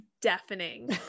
deafening